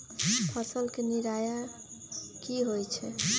फसल के निराया की होइ छई?